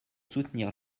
soutenir